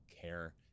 care